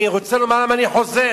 אני רוצה לומר למה אני חוזר.